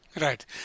Right